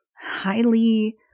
highly